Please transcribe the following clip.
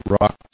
rock